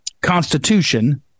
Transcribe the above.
Constitution